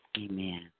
Amen